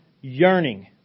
yearning